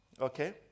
okay